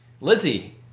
Lizzie